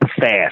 fast